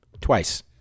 twice